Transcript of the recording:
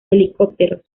helicópteros